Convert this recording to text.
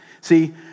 See